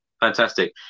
Fantastic